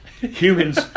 humans